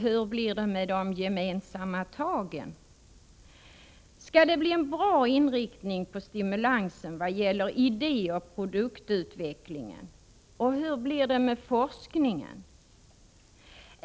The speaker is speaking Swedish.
Hur blir det med de ”gemensamma tagen”? Skall det bli en bra inriktning på stimulansen vad gäller idé och produktutvecklingen? Hur blir det med forskningen?